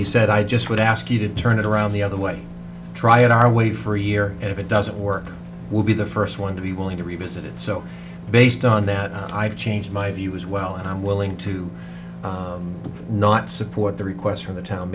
he said i just would ask you to turn it around the other way try it our way for a year and if it doesn't work we'll be the first one to be willing to revisit it so based on that i've changed my view as well and i'm willing to not support the request from the town